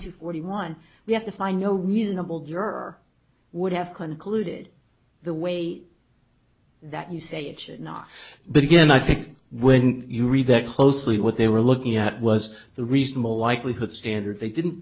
three forty one we have to find no reasonable juror would have concluded the way that you say it should not begin i think when you read that closely what they were looking at was the reasonable likelihood standard they didn't